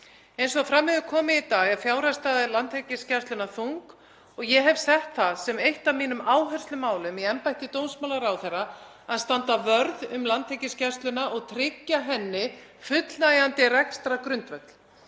Eins og fram hefur komið í dag er fjárhagsstaða Landhelgisgæslunnar þung og ég hef sett það sem eitt af mínum áherslumálum í embætti dómsmálaráðherra að standa vörð um Landhelgisgæsluna og tryggja henni fullnægjandi rekstrargrundvöll.